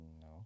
No